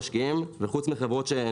למשקיעים אין דרך לממש את המניות שלהם.